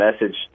message